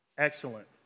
excellent